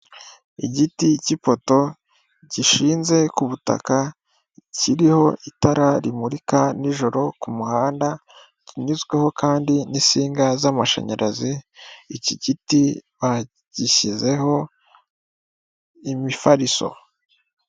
Igiti k'ipoto gishize ku butaka kiriho itara rimurika nijoro ku muhanda kinyuzweho kandi n'insiga z'amashanyarazi, iki giti bagishyizeho imifariso.